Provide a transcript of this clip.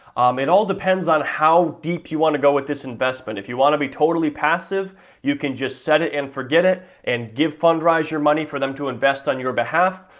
it all depends on how deep you want to go with this investment. if you want to be totally passive you can just set it and forget it and give fundrise your money for them to invest on your behalf,